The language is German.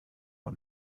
und